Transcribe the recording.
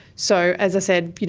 so, as i said, yeah